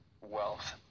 wealth